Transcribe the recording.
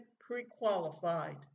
pre-qualified